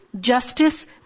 justice